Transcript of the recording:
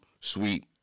sweet